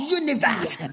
universe